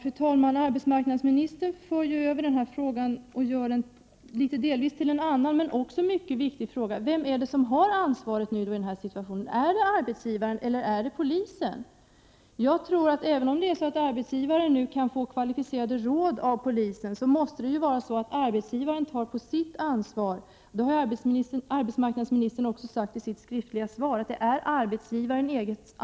Fru talman! Arbetsmarknadsministern för ju delvis över den här frågan till en annan mycket viktig fråga: Vem har ansvaret i den här situationen — arbetsgivaren eller polisen? Jag tror att även om arbetsgivaren kan få kvalificerade råd av polisen, så måste arbetsgivaren ta ansvaret. Detta har arbetsmarknadsministern också sagt i sitt skriftliga svar.